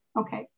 Okay